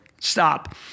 Stop